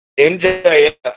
MJF